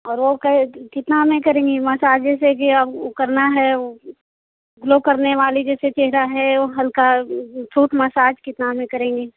और वो के कि कितना में करेंगी मसाज जैसे कि अब वो करना है ग्लो करने वाली जैसे चेहरा है वो हल्का फ्रूट मसाज कितना में करेंगी